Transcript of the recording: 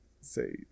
say